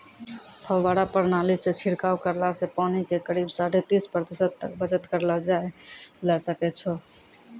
फव्वारा प्रणाली सॅ छिड़काव करला सॅ पानी के करीब साढ़े तीस प्रतिशत तक बचत करलो जाय ल सकै छो